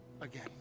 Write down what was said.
again